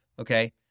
Okay